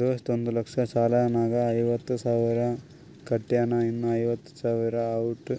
ದೋಸ್ತ ಒಂದ್ ಲಕ್ಷ ಸಾಲ ನಾಗ್ ಐವತ್ತ ಸಾವಿರ ಕಟ್ಯಾನ್ ಇನ್ನಾ ಐವತ್ತ ಸಾವಿರ ಔಟ್